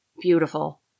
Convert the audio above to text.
Beautiful